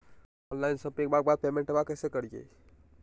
Online शोपिंग्बा के बाद पेमेंटबा कैसे करीय?